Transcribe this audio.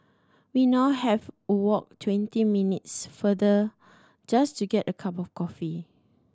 we now have walk twenty minutes farther just to get a cup of coffee